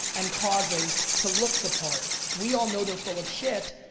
and causes to look the part, we all know they're full of shit,